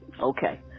Okay